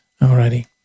Alrighty